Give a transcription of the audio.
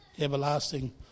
everlasting